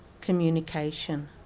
communication